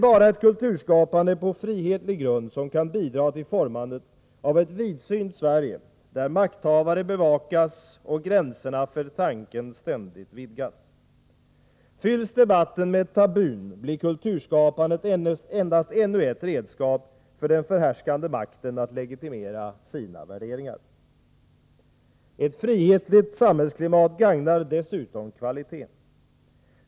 Bara ett kulturskapande på frihetlig grund kan bidra till formandet av ett vidsynt Sverige, där makthavare bevakas och gränserna för tanken ständigt vidgas. Fylls debatten med tabun, blir kulturskapandet endast ännu ett redskap för den förhärskande makten att legitimera sina värderingar. Ett frihetligt samhällsklimat gagnar dessutom kvaliteten.